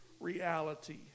Reality